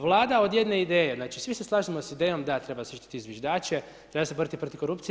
Vlada od jedne ideje, znači svi se slažemo sa idejom da treba se štititi zviždače, treba se boriti protiv korupcije.